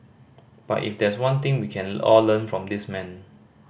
but if there's one thing we can all learn from this man